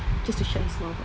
just to shut his mouth ah